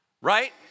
right